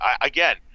Again